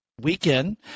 weekend